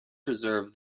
preserve